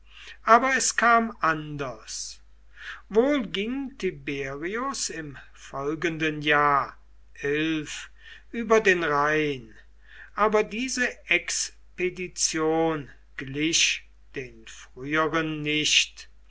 aber es kam anders wohl ging tiberius im folgenden jahr über den rhein aber diese expedition glich den früheren nicht